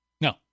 No